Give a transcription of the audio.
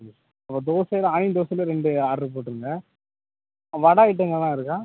அப்போ தோசையில் ஆனியன் தோசையில் ரெண்டு ஆர்ட்ரு போட்டிருங்க வடை ஐட்டங்களெலாம் இருக்கா